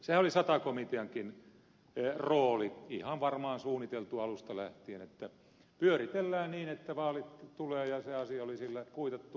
sehän oli sata komiteankin rooli ihan varmaan suunniteltu alusta lähtien että pyöritellään niin että vaalit tulevat ja se asia oli sillä kuitattu